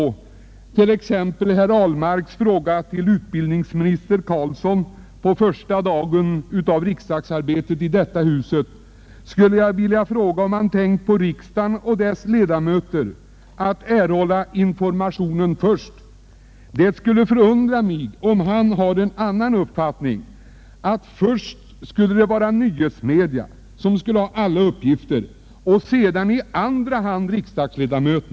Jag kan som exempel ta herr Ahlmarks fråga till utbildningsminister Carlsson på sessionens första dag. Har han tänkt på att riksdagens ledamöter skall erhålla informationen först? Det skulle förvåna mig om han har den uppfattningen att nyhetsmedierna skall stå först i tur att få alla uppgifter och att riksdagsledamöterna skall komma i andra hand.